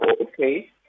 okay